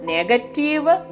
Negative